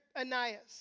Ananias